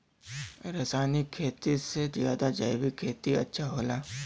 रासायनिक खेती से ज्यादा जैविक खेती अच्छा होला